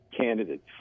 candidates